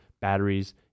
batteries